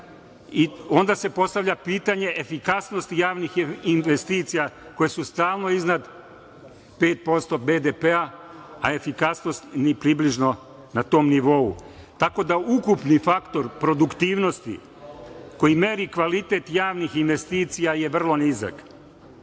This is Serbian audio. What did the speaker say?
Onda se postavlja pitanje efikasnosti javnih investicija koje su stalno iznad 5% BDP, a efikasnost ni približno na tom nivou. Tako da, ukupni faktor produktivnosti koji meri kvalitet javnih investicija je vrlo nizak.